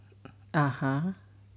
(uh huh)